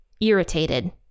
irritated